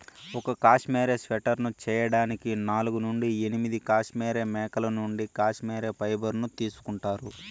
ఒక cashmere sweater చేయడానికి నాలుగు నుండి ఎనిమిది కష్మెరె మేకల నుండి కష్మెరె ఫైబర్ ను తీసుకుంటారు